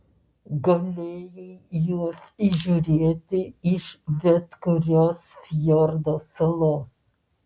galėjai juos įžiūrėti iš bet kurios fjordo salos